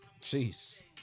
Jeez